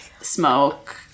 smoke